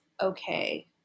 okay